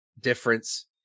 difference